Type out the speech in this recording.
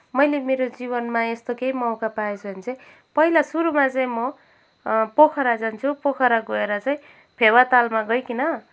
मैले मेरो जीवनमा यस्तो केही मौका पाएछुँ भने चाहिँ पहिला सुरुमा चाहिँ म पोखरा जान्छुँ पोखरा गएर चाहिँ फेवातालमा गइकन